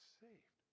saved